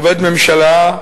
עובד ממשלה,